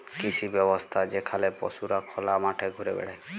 কৃষি ব্যবস্থা যেখালে পশুরা খলা মাঠে ঘুরে বেড়ায়